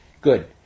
Good